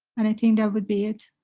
and i think that would be it,